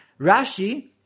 Rashi